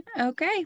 okay